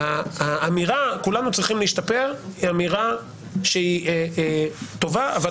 האמירה כולנו צריכים להשתפר היא אמירה שהיא טובה אבל